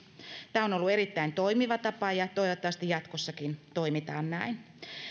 tämä on on ollut erittäin toimiva tapa ja toivottavasti jatkossakin toimitaan näin